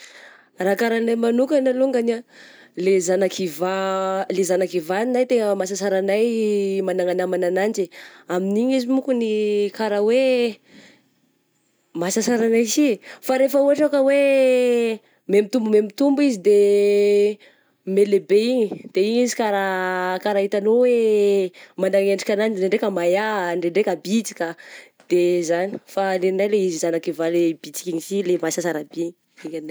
Raha kara anay manokana alongany ah, le zana kivà le zana kivà nay tegna mahasasara anay magnana namagna ananjy, amin'igny izy monkony ka raha hoe mahasasaranay sy eh, fa rehefa ohatra ka hoe me mitombo me mitombo izy de me lehibe igny, de igny izy ka raha ka raha hitanao hoe magna endrika agnazy ndrandraika mahia, ndraindraika bitsika, de zany fa gny anay le zana kivà le bitsika igny sy le mahasasara be igny, igny ny agnay.